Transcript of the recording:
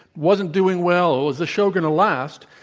wasn't doing well. was the show going to last?